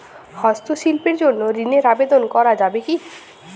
হস্তশিল্পের জন্য ঋনের আবেদন করা যাবে কি?